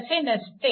तसे नसते